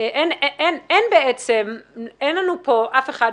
ואין לנו כאן אף אחד